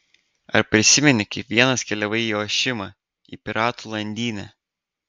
ar prisimeni kaip vienas keliavai į ošimą į piratų landynę